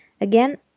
Again